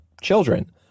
children